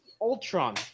Ultron